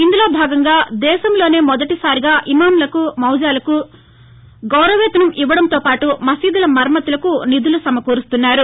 ఇందులో భాగంగా దేశంలోనే మొదటిసారిగా ఇమామ్లకు మొజాలకు గౌరవ వేతనం ఇవ్వడంతోపాటు మసీదుల మరమ్మతులకు నిధులు సమకూరుస్తున్నారు